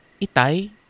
Itai